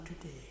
today